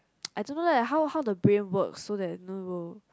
I don't know leh how how the brain works so that you know will